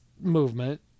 movement